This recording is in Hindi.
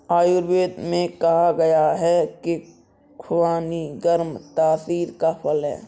आयुर्वेद में कहा गया है कि खुबानी गर्म तासीर का फल है